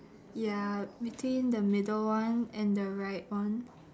ya between the middle one and the right one